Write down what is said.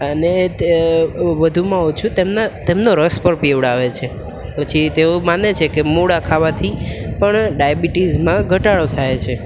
અને વધુમાં ઓછું તેમના તેમનો રસ પણ પીવડાવે છે પછી તેઓ માને છે કે મૂળા ખાવાથી પણ ડાયાબિટીસમાં ઘટાડો થાય છે